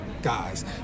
Guys